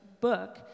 book